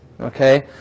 Okay